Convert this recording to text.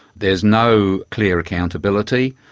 there's no clear accountability,